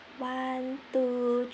one two